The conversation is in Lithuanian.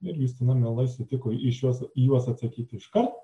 ir justina mielai sutiko į šiuos į juos atsakyti iškart